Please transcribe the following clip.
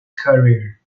career